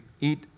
eat